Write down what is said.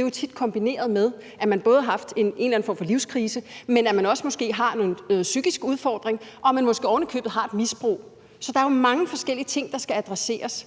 jo tit en kombination af, at man har haft en eller anden form for livskrise, og at man måske også har nogle psykiske udfordringer og måske ovenikøbet et misbrug. Så der er jo mange forskellige ting, der skal adresseres.